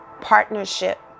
partnership